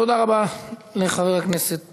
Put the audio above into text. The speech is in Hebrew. תודה רבה לחבר הכנסת